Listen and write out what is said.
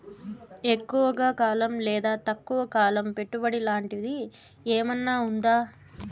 ఎక్కువగా కాలం లేదా తక్కువ కాలం పెట్టుబడి లాంటిది ఏమన్నా ఉందా